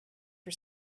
for